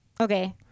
Okay